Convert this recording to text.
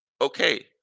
Okay